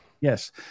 Yes